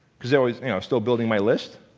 because i was still building my list,